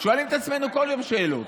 שואלים את עצמנו כל יום שאלות.